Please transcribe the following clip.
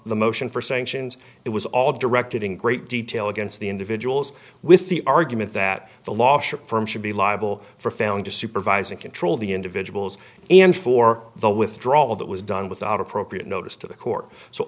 the motion for sanctions it was all directed in great detail against the individuals with the argument that the law firm should be liable for failing to supervise and control the individuals and for the withdrawal of that was done without appropriate notice to the court so